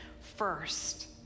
first